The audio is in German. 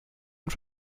und